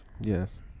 yes